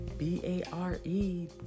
b-a-r-e